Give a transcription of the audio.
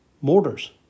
mortars